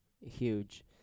huge